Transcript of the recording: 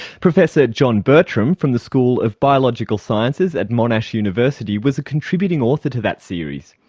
professor john bertram from the school of biomedical sciences at monash university was a contributing author to that series.